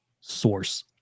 source